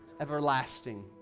everlasting